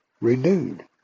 renewed